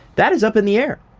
that is up in the air.